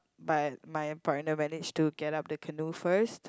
but my partner manage to get up the canoe first